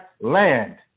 land